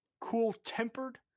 cool-tempered